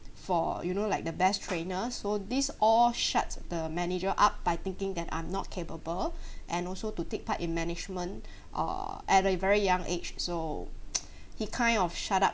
for you know like the best trainer so this all shut the manager up by thinking that I'm not capable and also to take part in management uh at a very young age so he kind of shut up